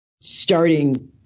starting